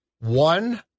one